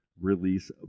release